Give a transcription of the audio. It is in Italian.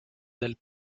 del